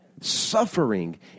Suffering